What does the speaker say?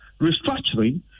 restructuring